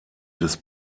des